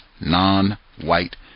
non-white